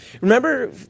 remember